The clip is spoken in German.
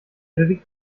bewegt